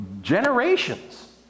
generations